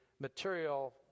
material